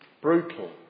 brutal